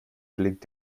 blinkt